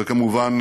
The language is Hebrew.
וכמובן,